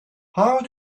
how